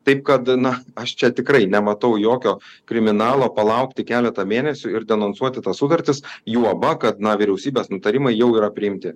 taip kad na aš čia tikrai nematau jokio kriminalo palaukti keletą mėnesių ir denonsuoti tas sutartis juoba kad na vyriausybės nutarimai jau yra priimti